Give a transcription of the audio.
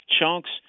chunks